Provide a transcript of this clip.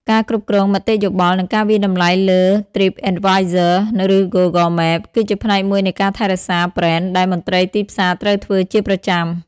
ការគ្រប់គ្រងមតិយោបល់ និងការវាយតម្លៃលើ TripAdvisor ឬ Google Maps គឺជាផ្នែកមួយនៃការថែរក្សាប្រេនដែលមន្ត្រីទីផ្សារត្រូវធ្វើជាប្រចាំ។